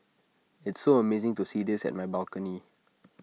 it's so amazing to see this at my balcony